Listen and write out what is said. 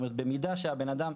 במידה שהבן אדם,